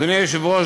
אדוני היושב-ראש,